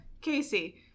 Casey